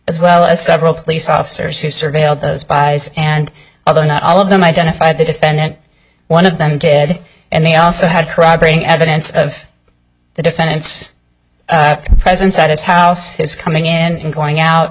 as well as several police officers who surveilled those buys and although not all of them identified the defendant one of them did and they also had corroborating evidence of the defendant's presence at his house his coming in and going out